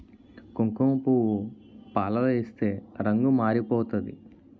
కుంకుమపువ్వు పాలలో ఏస్తే రంగు మారిపోతాది